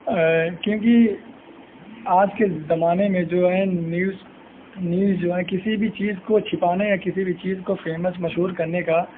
کیونکہ آج کے زمانے میں جو ہیں نیوز نیوز جو ہے کسی بھی چیز کو چھپانے یا کسی بھی چیز کو فیمس مشہور کرنے کا